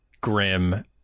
grim